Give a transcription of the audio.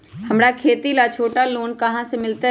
हमरा खेती ला छोटा लोने कहाँ से मिलतै?